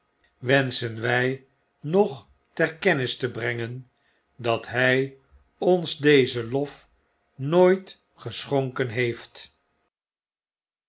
wenschen wij nog ter kennis te brengen dat hij ons dezen lof nooit geschonken heeft